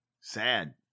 sad